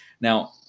now